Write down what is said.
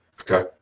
okay